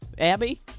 Abby